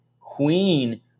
Queen